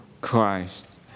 Christ